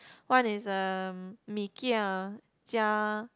one is a Mee-Kia 加